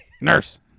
Nurse